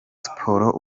siporo